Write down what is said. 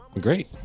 Great